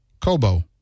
Kobo